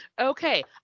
Okay